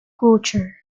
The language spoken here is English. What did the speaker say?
culture